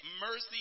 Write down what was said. mercy